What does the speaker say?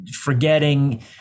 forgetting